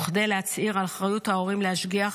וכדי להצהיר על אחריות ההורים להשגיח